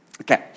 Okay